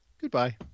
goodbye